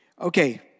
Okay